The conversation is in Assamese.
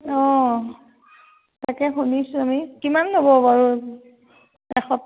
অঁ তাকে শুনিছোঁ আমি কিমান ল'ব বাৰু